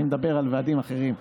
אני מדבר על ועדים אחרים.